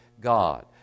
God